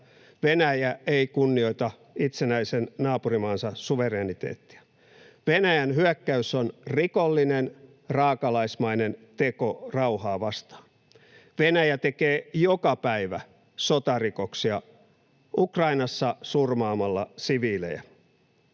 Venäjä ei kunnioita itsenäisen naapurimaansa suvereniteettia. Venäjän hyökkäys on rikollinen, raakalaismainen teko rauhaa vastaan. Venäjä tekee joka päivä sotarikoksia Ukrainassa surmaamalla siviilejä.